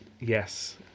Yes